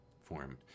formed